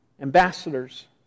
Ambassadors